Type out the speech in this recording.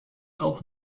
auch